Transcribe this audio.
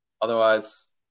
Otherwise